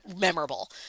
memorable